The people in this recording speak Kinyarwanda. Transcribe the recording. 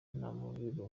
namubiru